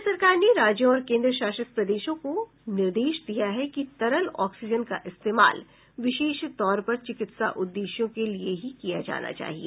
केन्द्र सरकार ने राज्यों और केन्द्र शासित प्रदेशों को निर्देश दिया है कि तरल ऑक्सीजन का इस्तेमाल विशेष तौर पर चिकित्सा उद्देश्यों के लिए ही किया जाना चाहिए